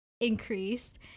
increased